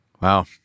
Wow